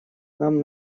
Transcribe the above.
нам